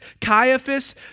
Caiaphas